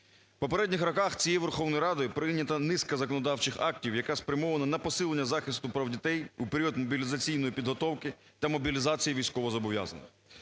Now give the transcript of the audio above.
В попередніх роках цією Верховною Радою прийнята низка законодавчих актів, яка спрямована на посилення захисту прав дітей у період мобілізаційної підготовки та мобілізації військовозобов'язаних,